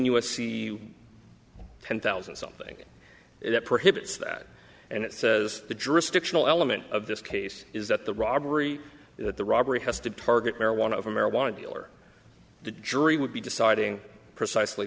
c ten thousand something it prohibits that and it says the jurisdictional element of this case is that the robbery the robbery has to target marijuana of a marijuana dealer the jury would be deciding precisely